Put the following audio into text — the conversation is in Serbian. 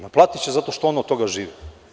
Naplatiće, zato što on od toga živi.